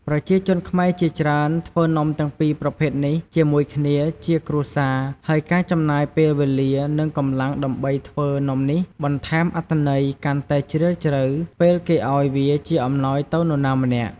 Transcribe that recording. ប្រជាជនខ្មែរជាច្រើន ធ្វើនំទាំងពីរប្រភេទនេះជាមួយគ្នាជាគ្រួសារ ហើយការចំណាយពេលវេលា និងកម្លាំងដើម្បីធ្វើនំនេះបន្ថែមអត្ថន័យកាន់តែជ្រាលជ្រៅពេលគេឱ្យវាជាអំណោយទៅនរណាម្នាក់។